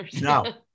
no